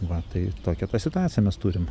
va tai tokią tą situaciją mes turim